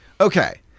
Okay